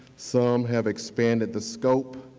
some have expanded the scope.